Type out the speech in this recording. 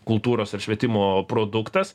kultūros ir švietimo produktas